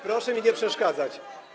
Proszę mi nie przeszkadzać.